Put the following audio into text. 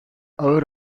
ağır